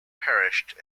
perished